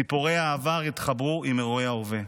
סיפורי העבר התחברו עם אירועי ההווה.